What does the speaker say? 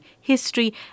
history